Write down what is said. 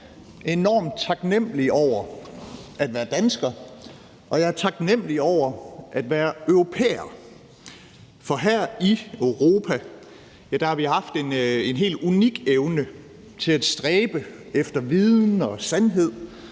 Jeg er enormt taknemmelig over at være dansker, og jeg er taknemmelig over at være europæer. For her i Europa har vi haft en helt unik evne til at stræbe efter viden og sandhed,